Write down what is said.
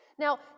Now